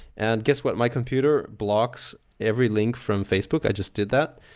and guess what? my computer blocks every link from facebook. i just did that,